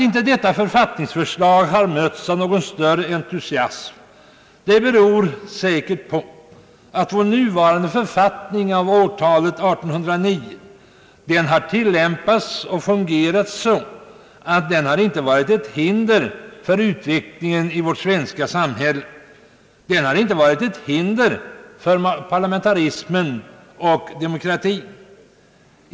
Att detta författningsförslag inte har mötts av någon större entusiasm beror säkert på att vår nuvarande författning av årtalet 1809 har tillämpats och fungerat så att den inte utgjort något hinder för utvecklingen i vårt svenska samhälle, den har inte varit ett hinder för parlamentarismen och demokratin.